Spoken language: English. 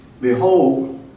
Behold